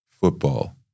football